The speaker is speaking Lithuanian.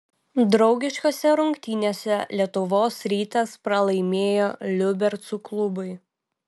draugiškose rungtynėse lietuvos rytas pralaimėjo liubercų klubui